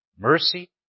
mercy